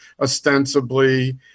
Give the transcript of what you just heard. ostensibly